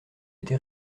été